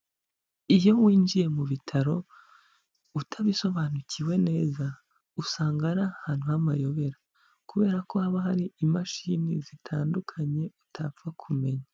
Iyo winjiye mu bitaro utabisobanukiwe neza, usanga ari ahantu h'amayobera kubera ko haba hari imashini zitandukanye, utapfa kumenya.